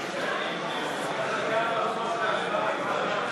סעיף 2 כנוסח הוועדה,